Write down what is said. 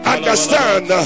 Understand